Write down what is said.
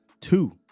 two